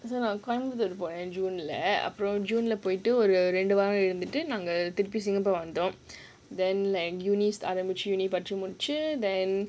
so Coimbatore போனேன்:coimbatore ponaen june leh அப்புறம்:appuram june leh போயிடு:poidu then like universities ரெண்டு வாரம் இருந்துட்டு:rendu vaaram irunthuttu then